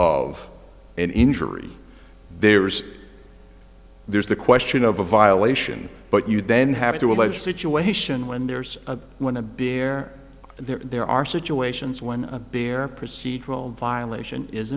an injury there's there's the question of a violation but you then have to allege situation when there's a when a big bear and there are situations when a bear procedural violation is